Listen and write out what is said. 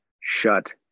shut